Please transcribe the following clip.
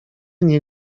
nie